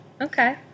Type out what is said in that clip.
Okay